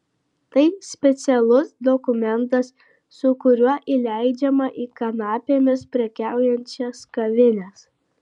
tai specialus dokumentas su kuriuo įleidžiama į kanapėmis prekiaujančias kavines